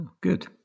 Good